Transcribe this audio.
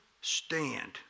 stand